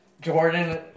Jordan